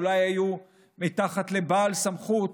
אולי היו מתחת לבעל סמכות,